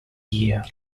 year